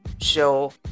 show